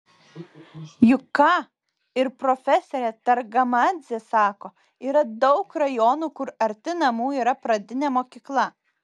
juk ką ir profesorė targamadzė sako yra daug rajonų kur arti namų yra pradinė mokykla